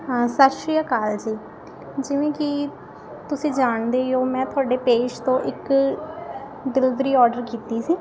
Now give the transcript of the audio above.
ਹਾਂ ਸਤਿ ਸ਼੍ਰੀ ਅਕਾਲ ਜੀ ਜਿਵੇਂ ਕਿ ਤੁਸੀਂ ਜਾਣਦੇ ਹੀ ਹੋ ਮੈਂ ਤੁਹਾਡੇ ਪੇਜ ਤੋਂ ਇੱਕ ਦਿਲਦਰੀ ਔਡਰ ਕੀਤੀ ਸੀ